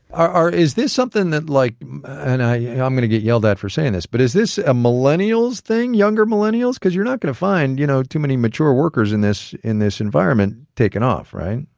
is this something that like and i know i'm going to get yelled at for saying this but is this a millennial's thing, younger millennials? because you're not going to find, you know, too many mature workers in this in this environment taking off, right?